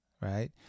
Right